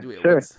sure